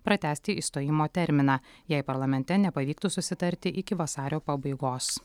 pratęsti išstojimo terminą jei parlamente nepavyktų susitarti iki vasario pabaigos